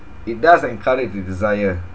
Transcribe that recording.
it does encourage the desire